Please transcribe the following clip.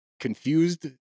confused